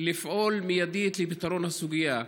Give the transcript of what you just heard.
לפעול מיידית לפתרון הסוגיה.